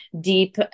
deep